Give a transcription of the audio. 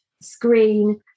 screen